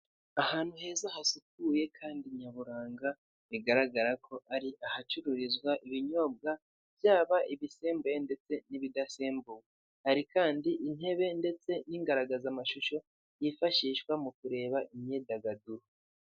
Ahantu heza hasukuye kandi nyaburanga bigaragara ko ari ahacururizwa ibinyobwa byaba ibisembuye ndetse n'ibidasembuwe hari kandi intebe ndetse n'ingaragazamashusho yifashishwa mu kureba imyidagaduro.